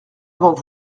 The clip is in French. avant